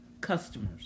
customers